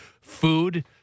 Food